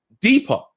deeper